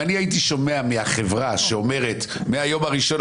אם אני הייתי שומע מהחברה שאומרת מהיום הראשון,